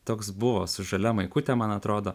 toks buvo su žalia maikute man atrodo